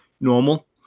normal